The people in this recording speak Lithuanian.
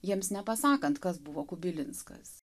jiems nepasakant kas buvo kubilinskas